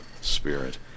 Spirit